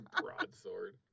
Broadsword